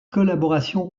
collaboration